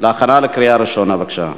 והבריאות נתקבלה.